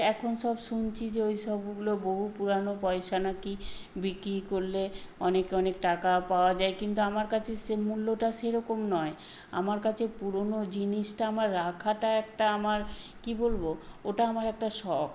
এখন সব শুনছি যে ওই সব ওগুলো বহু পুরানো পয়সা নাকি বিক্রি করলে অনেক অনেক টাকা পাওয়া যায় কিন্তু আমার কাছে সে মূল্যটা সে রকম নয় আমার কাচে পুরোনো জিনিসটা আমার রাখাটা একটা আমার কী বলবো ওটা আমার একটা শখ